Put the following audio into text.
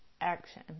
action